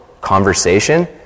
conversation